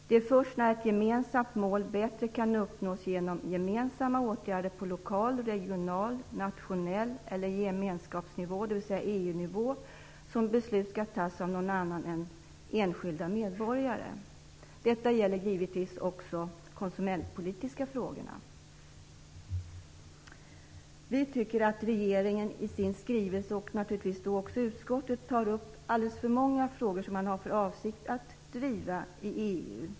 Det är först när ett gemensamt mål bättre kan uppnås genom gemensamma åtgärder på lokal, regional, nationell eller gemenskapsnivå, dvs. EU-nivå, som beslut skall fattas av någon annan än enskilda medborgare. Detta gäller givetvis också de konsumentpolitiska frågorna. Vi tycker att regeringen i sin skrivelse, och naturligtvis också utskottet i betänkandet, tar upp alldeles för många frågor som man har för avsikt att driva i EU.